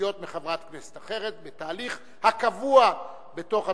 זכויות מחברת כנסת אחרת בתהליך הקבוע בתקנון,